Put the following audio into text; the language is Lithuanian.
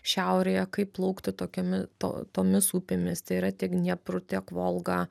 šiaurėje kaip plaukti tokiomis to tomis upėmis tai yra tiek dniepru tiek volga